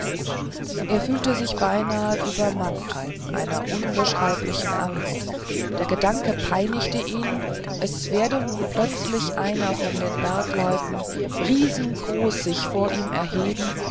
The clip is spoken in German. er fühlte sich beinahe übermannt von einer unbeschreiblichen angst der gedanke peinigte ihn es werde nun plötzlich einer von den bergleuten riesengroß sich vor ihm erheben